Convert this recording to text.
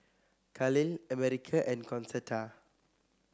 Kahlil America and Concetta